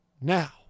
Now